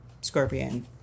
Scorpion